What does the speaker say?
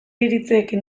iritziekin